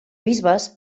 bisbes